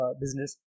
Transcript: business